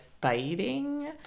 biting